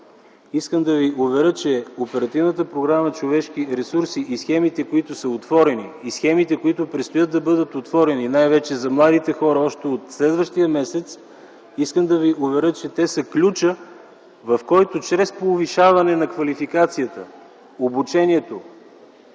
Искам да ви уверя, че Оперативна програма „Човешки ресурси” и схемите, които са отворени, и схемите, които предстоят да бъдат отворени – най-вече за младите хора, още от следващия месец, искам да ви уверя, че те са ключът, чрез който, с повишаване на квалификацията, обучението,